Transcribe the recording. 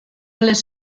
les